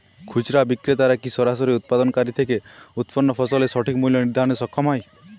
খুচরা বিক্রেতারা কী সরাসরি উৎপাদনকারী থেকে উৎপন্ন ফসলের সঠিক মূল্য নির্ধারণে সক্ষম হয়?